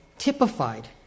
Typified